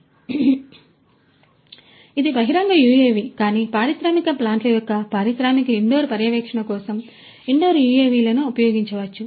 కాబట్టి ఇది బహిరంగ UAV కానీ పారిశ్రామిక ప్లాంట్ల యొక్క పారిశ్రామిక ఇండోర్ పర్యవేక్షణ కోసం ఇండోర్ UAV లను ఉపయోగించవచ్చు